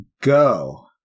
go